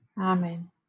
Amen